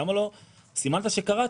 למה לא סימנת שקראת?